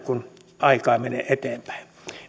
kun aikaa menee eteenpäin